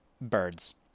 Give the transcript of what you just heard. birds